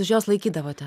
už jos laikydavote